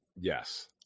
yes